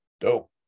dope